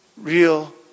real